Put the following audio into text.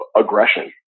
aggression